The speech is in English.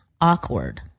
awkward